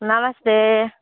नमस्ते